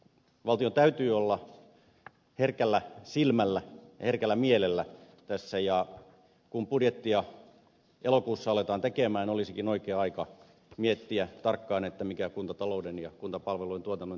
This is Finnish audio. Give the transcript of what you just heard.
valtion täytyy olla herkällä silmällä herkällä mielellä tässä ja kun budjettia elokuussa aletaan tehdä olisikin oikea aika miettiä tarkkaan mikä kuntatalouden ja kuntapalveluiden tuotannon tila silloin on